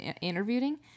interviewing